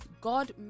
God